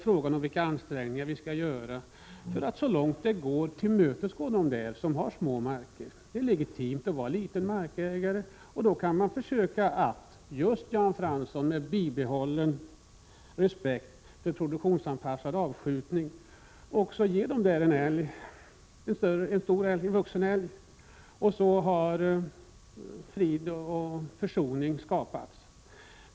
Frågan är vilka ansträngningar vi skall göra för att så långt möjligt tillmötesgå dem som har små marker. Det är legitimt att vara liten markägare, och därför kan man, Jan Fransson, med bibehållen respekt för en produktionsanpassad avskjutning försöka tilldela också de små markägarna en vuxen älg vardera, varigenom frid och försoning kan skapas.